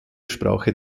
sprache